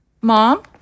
Mom